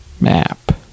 map